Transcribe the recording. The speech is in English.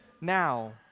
now